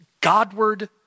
Godward